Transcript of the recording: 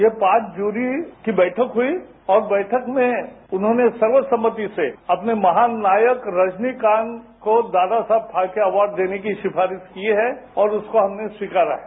ये पांच जूरी की बैठक हुई और बैठक में उन्होंने सर्व सम्मति से अपने महानायक रजनीकांत को दादा साहब फाल्के अवार्ड देने की सिफारीश की है और उसको हमने स्वीकारा है